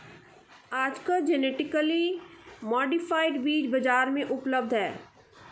आजकल genetically modified बीज बाजार में उपलब्ध है